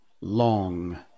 Long